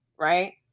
right